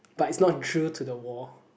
but it's not drilled to the wall